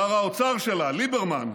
שר האוצר שלה, ליברמן,